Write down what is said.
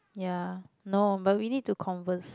ya no but we need to converse